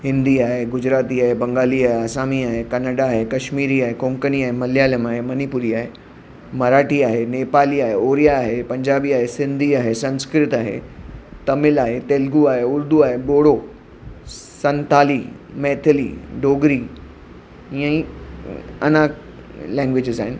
हिंदी आहे गुजराती आहे बंगाली आहे असामी आहे आए कनडा आहे कश्मीरी आए कोंकनी आहे मलयालम आहे मनिपुरी आहे मराठी आहे नेपाली आहे ओरिया आहे पंजाबी आहे सिंधी आहे संस्कृत आहे तमिल आहे तेलगु आहे उर्दु आहे बोडो संताली मेथली डोगरी ईअं ई अञा लैंग्वेजिस आहिनि